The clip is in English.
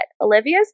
Olivia's